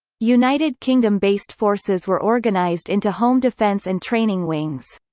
united kingdom based forces were organized into home defence and training wings.